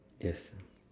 yes